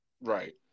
Right